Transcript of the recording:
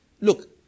Look